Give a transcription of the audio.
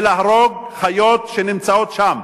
ולהרוג חיות שנמצאות שם.